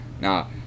Now